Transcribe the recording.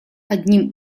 одним